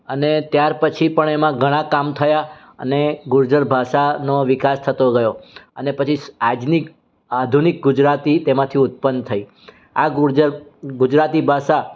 અને ત્યાર પછી પણ એમાં ઘણાં કામ થયાં અને ગુર્જર ભાષાનો વિકાસ થતો ગયો અને પછી આજની આધુનિક ગુજરાતી તેમાંથી ઉત્પન્ન થઈ આ ગુર્જર ગુજરાતી ભાષા